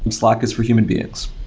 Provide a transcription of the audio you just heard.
and slack is for human beings,